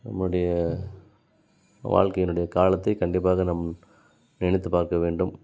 நம்முடைய வாழ்க்கையினுடைய காலத்தை கண்டிப்பாக நாம் நினைத்து பார்க்க வேண்டும்